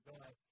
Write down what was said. God